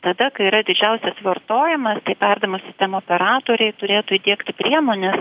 tada kai yra didžiausias vartojimas tai perdavimo sistemų operatoriai turėtų įdiegti priemones